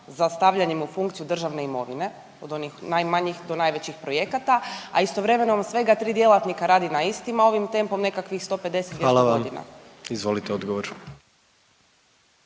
za stavljanjem u funkciju državne imovine od onih najmanjih do najvećih projekata, a istovremeno vam svega 3 djelatnika radi na istim, a ovim tempom nekakvih 150, 200 godina. **Jandroković, Gordan